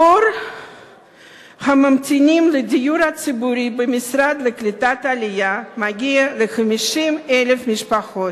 תור הממתינים לדיור הציבורי במשרד לקליטת עלייה מגיע ל-50,000 משפחות,